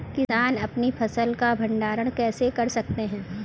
किसान अपनी फसल का भंडारण कैसे कर सकते हैं?